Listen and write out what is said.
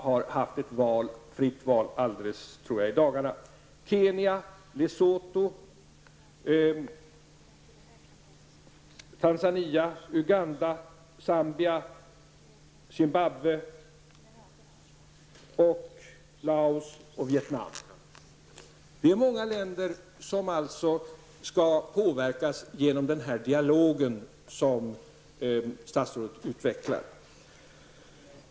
Man har alldeles nyligen, tror jag, haft ett fritt val. Det är många länder som skall påverkas genom den dialog som statsrådet utvecklar.